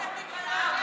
אנחנו פה,